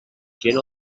gent